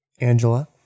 Angela